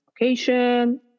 location